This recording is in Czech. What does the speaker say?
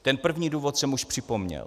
Ten první důvod jsem už připomněl.